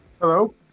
Hello